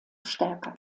stärker